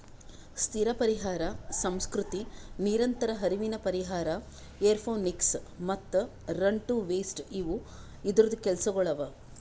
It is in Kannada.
ಸ್ಥಿರ ಪರಿಹಾರ ಸಂಸ್ಕೃತಿ, ನಿರಂತರ ಹರಿವಿನ ಪರಿಹಾರ, ಏರೋಪೋನಿಕ್ಸ್ ಮತ್ತ ರನ್ ಟು ವೇಸ್ಟ್ ಇವು ಇದೂರ್ದು ಕೆಲಸಗೊಳ್ ಅವಾ